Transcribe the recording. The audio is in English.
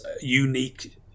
unique